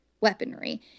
weaponry